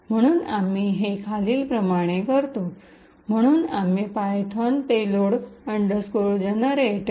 म्हणून आम्ही हे खालीलप्रमाणे करतो म्हणून आम्ही पायथन पेलोड जेनेरेटर